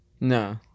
No